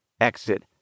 exit